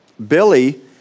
Billy